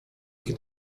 ich